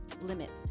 limits